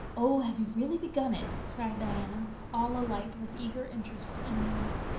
oh, have you really begun it? cried diana, all alight with eager interest in a moment.